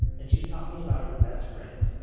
and she's talking about her best friend,